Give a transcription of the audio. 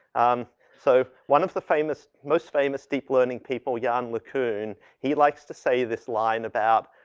um, so one of the famous, most famous steep learning people yann le cun, he likes to say this line about,